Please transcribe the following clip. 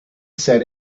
said